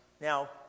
Now